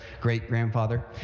great-grandfather